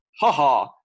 HaHa